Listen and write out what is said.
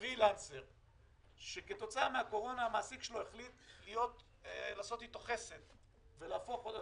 פרילנסר שכתוצאה מהקורונה המעסיק שלו החליט לעשות איתו חסד ולהפוך אותו,